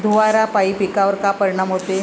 धुवारापाई पिकावर का परीनाम होते?